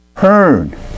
turn